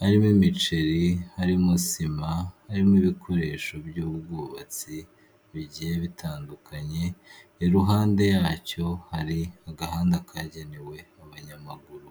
harimo imiceri, harimo sima, harimo ibikoresho by'ubwubatsi bigiye bitandukanye, iruhande yacyo hari agahanda kagenewe abanyamaguru.